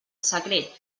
secret